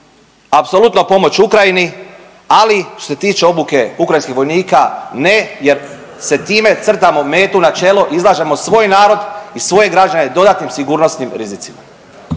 apsolutna pomoć Ukrajini, ali što se tiče obuke ukrajinskih vojnika ne jer se time crtamo metu na čelo, izlažemo svoj narod i svoje građane dodatnim sigurnosnim rizicima.